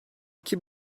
iki